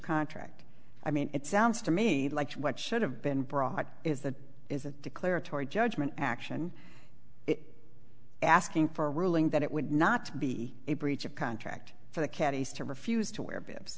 contract i mean it sounds to me like what should have been brought is that is a declaratory judgment action asking for a ruling that it would not be a breach of contract for the caddies to refuse to wear bibs